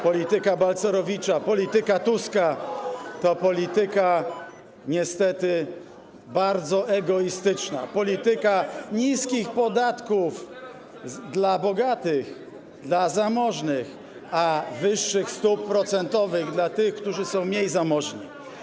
Polityka Balcerowicza, polityka Tuska to polityka niestety bardzo egoistyczna, polityka niskich podatków dla bogatych, dla zamożnych, a wyższych stóp procentowych dla tych, którzy są mniej zamożni.